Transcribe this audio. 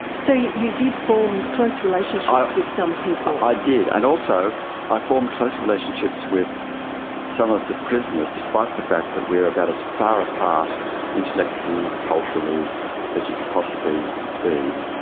so you you did form close relationships with some people. i did, and also i formed close relationships with some of the prisoners, despite the fact that we are about as far apart intellectually, culturally as you could possibly be.